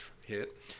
hit